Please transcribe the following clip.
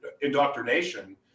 indoctrination